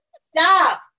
stop